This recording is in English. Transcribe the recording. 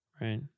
Right